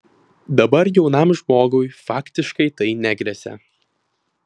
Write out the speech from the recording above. dabar jaunam žmogui faktiškai tai negresia